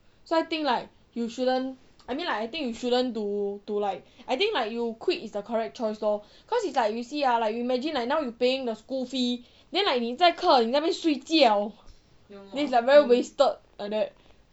so I think like you shouldn't I mean like you shouldn't do to like I think like you quit is the correct choice lor cause it's like you see ah like you imagine like now you paying the school fee then like 你在课你在那边睡觉 is like very wasted like that